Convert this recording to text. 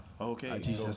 Okay